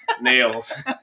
Nails